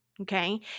okay